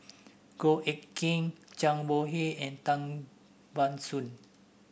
Goh Eck Kheng Zhang Bohe and Tan Ban Soon